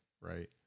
right